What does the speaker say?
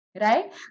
right